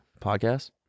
Podcast